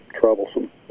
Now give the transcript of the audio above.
troublesome